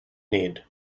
need